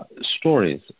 stories